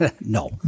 no